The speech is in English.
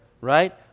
right